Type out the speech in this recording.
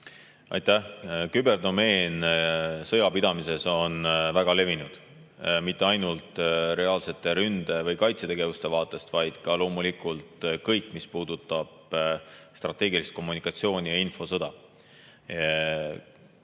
Aitäh! Küberdomeen sõjapidamises on väga levinud, mitte ainult reaalsete ründe‑ või kaitsetegevuste vaatest, vaid ka loomulikult kõik, mis puudutab strateegilist kommunikatsiooni ja infosõda.